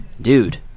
dude